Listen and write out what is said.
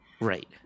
Right